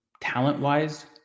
talent-wise